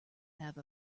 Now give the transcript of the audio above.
have